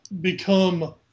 become